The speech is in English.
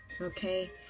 Okay